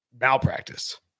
malpractice